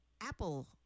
apple